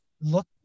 look